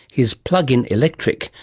his plug-in electric,